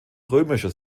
römischer